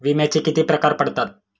विम्याचे किती प्रकार पडतात?